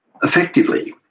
effectively